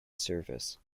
service